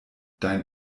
dein